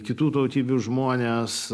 kitų tautybių žmones